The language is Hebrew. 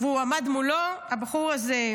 והוא עמד מולו, הבחור הזה,